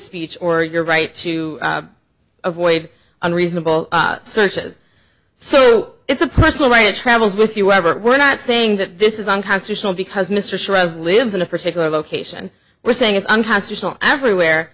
speech or your right to avoid unreasonable searches so it's a personal way travels with you wherever we're not saying that this is unconstitutional because mr chavez lives in a particular location we're saying it's unconstitutional everywhere